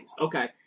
okay